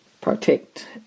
protect